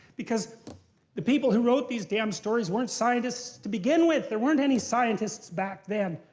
because the people who wrote these damn stories weren't scientists to begin with. there weren't any scientists back then.